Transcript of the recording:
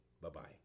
Bye-bye